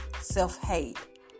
self-hate